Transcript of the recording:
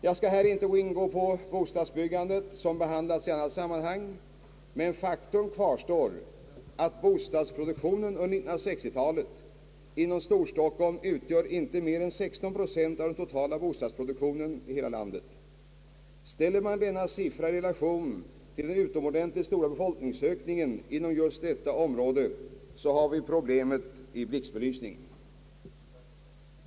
Jag skall inte här gå in på bostadsbyggandet, som behandlats i annat sammanhang, men faktum kvarstår att bostadsproduktionen under 1960-talet inom Storstockholm utgör inte mer än 16 procent av den totala bostadsproduktionen i hela landet. Ställer man denna siffra i relation till den utomordentligt stora befolkningsökningen inom just detta område, har vi problemet i blixtbelysning.